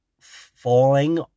falling